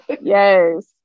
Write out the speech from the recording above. Yes